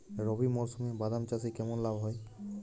রবি মরশুমে বাদাম চাষে কেমন লাভ হয়?